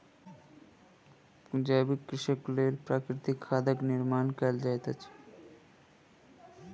जैविक कृषिक लेल प्राकृतिक खादक निर्माण कयल जाइत अछि